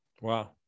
wow